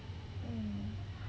mm